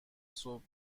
صبح